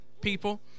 people